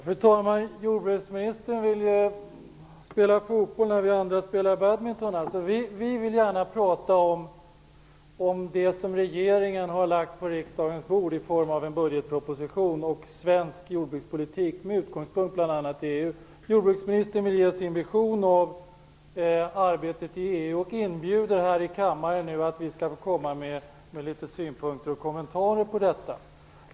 Fru talman! Jordbruksministern vill spela fotboll när vi andra spelar badminton. Vi vill gärna prata om det som regeringen har lagt på riksdagens bord i form av en budgetproposition, och om svensk jordbrukspolitik med utgångspunkt bl.a. i EU. Jordbruksministern vill ge sin vision av arbetet i EU och inbjuder oss här i kammaren att komma med synpunkter och kommentarer på detta.